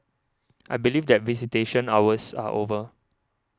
I believe that visitation hours are over